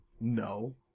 No